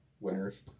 Winners